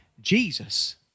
Jesus